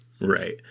right